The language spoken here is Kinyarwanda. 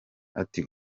ati